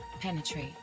penetrate